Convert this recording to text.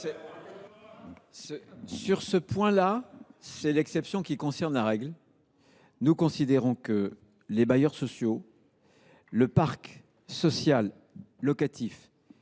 ! Cet avis est l’exception qui confirme la règle. Nous considérons que les bailleurs sociaux et le parc social locatif